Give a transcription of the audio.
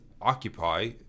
occupy